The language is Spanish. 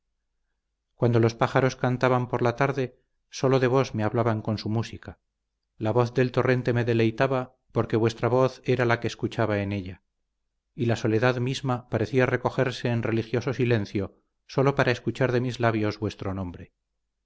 cuando los pájaros cantaban por la tarde sólo de vos me hablaban con su música la voz del torrente me deleitaba porque vuestra voz era la que escuchaba en ella y la soledad misma parecía recogerse en religioso silencio sólo para escuchar de mis labios vuestro nombre